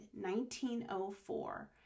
1904